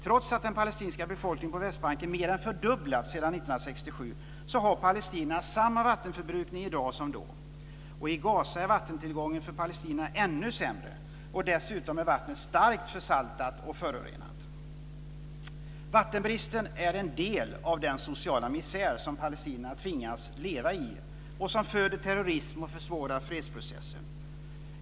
Trots att den palestinska befolkningen på Västbanken mer än fördubblats sedan 1967 har palestinierna samma vattenförbrukning i dag som då. Och i Gaza är vattentillgången för palestinierna ännu sämre, och dessutom är vattnet starkt försaltat och förorenat. Vattenbristen är en del av den sociala misär som palestinierna tvingas leva i och som föder terrorism och försvårar fredsprocessen.